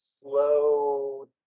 slow